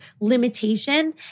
limitation